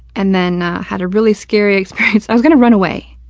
and then, ah, had a really scary experience. i was gonna run away.